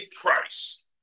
price